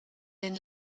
den